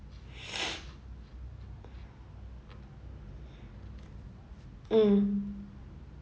mm